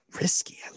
Risky